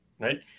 right